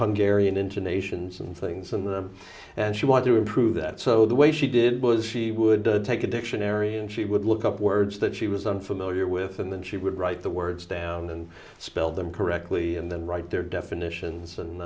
hungary and internation some things in them and she wanted to improve that so the way she did was she would take a dictionary and she would look up words that she was unfamiliar with and then she would write the words down and spell them correctly and then write their definitions and